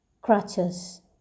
Crutches